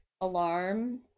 alarm